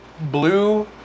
blue